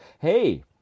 hey